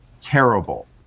terrible